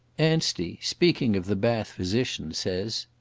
anstey, speaking of the bath physicians, says,